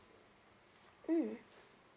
mm